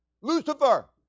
Lucifer